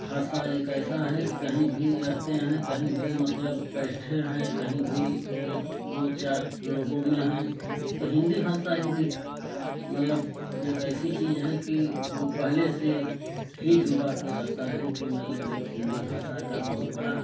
भाषा एक ऐसा है कि कहीं भी रहते हैं कहीं भी मतलब बैठे हैं कहीं भी एक दो चार लोगों में हैं तो हिंदी भाषा ही देख मतलब एक ऐसी चीज़ है कि वो पहले से ही ज़ुबाँ पे रहता है कि मतलब एक हिंदी भाषा का बहुत बड़ा